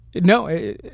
No